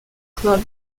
club